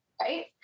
Right